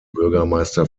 bürgermeister